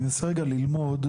אני מנסה רגע ללמוד.